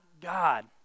God